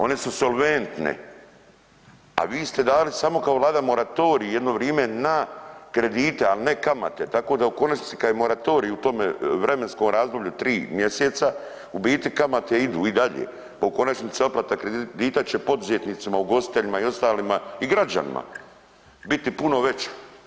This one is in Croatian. One su solventne, a vi ste dali samo kao Vlada moratorij jedno vrime na kredite, ali ne kamate tako da u konačnici kad je moratorij u tome vremenskom razdoblju tri mjeseca u biti kamate idu i dalje, pa u konačnici otplata kredita će poduzetnicima, ugostiteljima i ostalima i građanima biti puno veća.